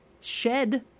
shed